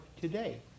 today